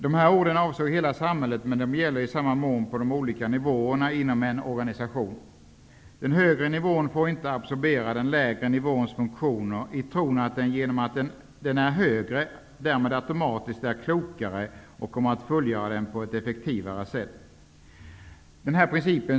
Dessa ord avsåg hela samhället men gäller i samma mån på de olika nivåerna inom en organisation. Den högre nivån får inte absorbera den lägre nivåns funktioner i tron att den genom att den är högre automatiskt är klokare och kommer att fullgöra dem på ett effektivare sätt.